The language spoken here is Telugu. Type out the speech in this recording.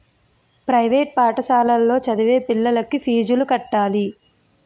ప్రైవేట్ పాఠశాలలో చదివే పిల్లలకు ఫీజులు కట్టాలి